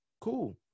Cool